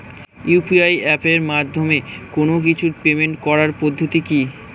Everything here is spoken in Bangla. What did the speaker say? ইউ.পি.আই এপের মাধ্যমে কোন কিছুর পেমেন্ট করার পদ্ধতি কি?